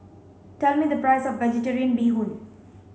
tell me the price of vegetarian bee Hoon